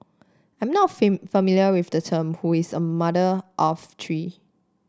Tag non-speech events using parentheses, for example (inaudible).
I'm not (unintelligible) familiar with the term who is a mother of three